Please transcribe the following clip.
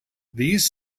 these